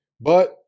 but-